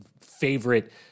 favorite